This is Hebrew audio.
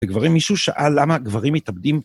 וגברים, מישהו שאל למה גברים מתאבדים.